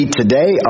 today